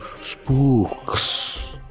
spooks